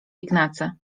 ignacy